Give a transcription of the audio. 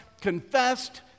confessed